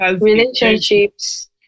Relationships